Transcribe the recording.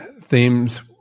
themes